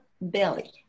belly